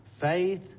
faith